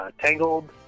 Tangled